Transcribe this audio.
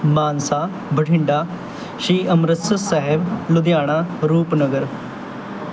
Mansa Bathinda Shri Amritsar Sahib Ludhiana Rupnagar